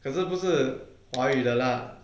可是不是华语的 lah